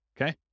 okay